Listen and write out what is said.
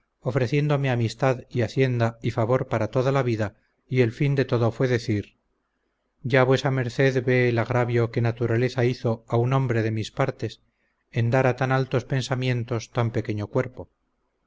pensada ofreciéndome amistad y hacienda y favor para toda la vida y el fin de todo fue decir ya vuesa merced ve el agravio que naturaleza hizo a un hombre de mis partes en dar a tan altos pensamientos tan pequeño cuerpo